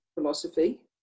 philosophy